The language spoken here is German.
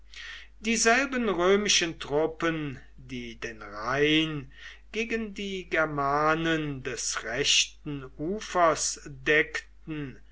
dieselben römischen truppen die den rhein gegen die germanen des rechten ufers deckten